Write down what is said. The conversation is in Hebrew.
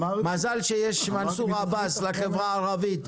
מזל שיש מנסור עבאס לחברה הערבית.